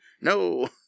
No